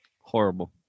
Horrible